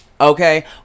okay